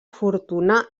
fortuna